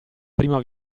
prima